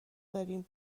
داریم